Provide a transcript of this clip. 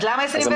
אז למה 2021?